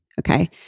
Okay